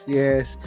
yes